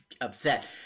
upset